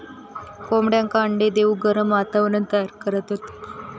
कोंबड्यांका अंडे देऊक गरम वातावरण तयार करतत